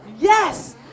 Yes